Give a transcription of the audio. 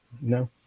No